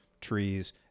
trees